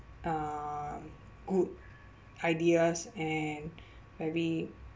uh good ideas and very